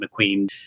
McQueen